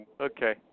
Okay